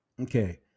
Okay